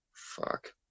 Fuck